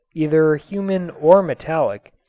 either human or metallic,